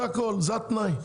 זה התנאי.